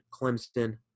Clemson